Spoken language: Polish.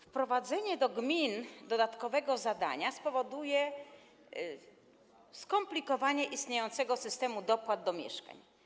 Wprowadzenie do gmin dodatkowego zadania spowoduje skomplikowanie istniejącego systemu dopłat do mieszkań.